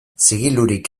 zigilurik